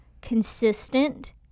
consistent